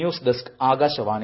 news desk Akashvani